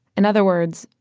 in other words,